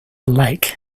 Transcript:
lake